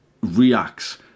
reacts